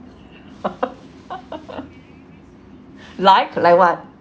like like what